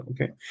okay